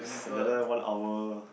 it's another one hour